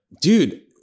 dude